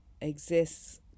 exists